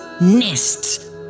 nests